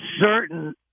certain